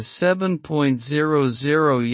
7.00